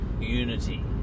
unity